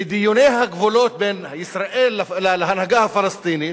בדיוני הגבולות בין ישראל להנהגה הפלסטינית,